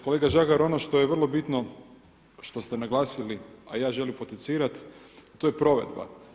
Kolega Žagar ono što je vrlo bitno, što ste naglasili a ja želim potencirati to je provedba.